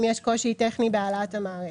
אם קושי טכני בהעלאה למערכת.